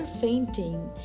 fainting